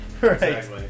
Right